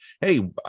Hey